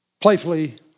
playfully